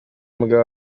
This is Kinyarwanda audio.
mugabo